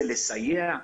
לסייע,